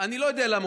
אני לא יודע למה,